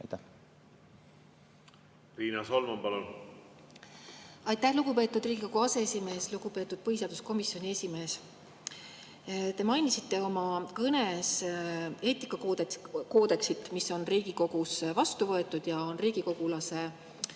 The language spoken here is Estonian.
Riina Solman, palun! Aitäh, lugupeetud Riigikogu aseesimees! Lugupeetud põhiseaduskomisjoni esimees! Te mainisite oma kõnes eetikakoodeksit, mis on Riigikogus vastu võetud ja on riigikogulase